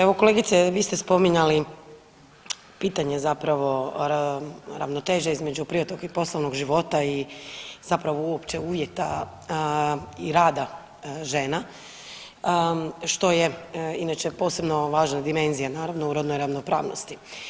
Evo kolegice vi ste spominjali pitanje zapravo ravnoteže između privatnog i poslovnog života i zapravo uopće uvjeta i rada žena što je inače posebno važna dimenzija naravno u rodnoj ravnopravnosti.